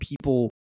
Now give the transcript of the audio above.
people